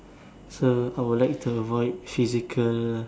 so I would like to avoid physical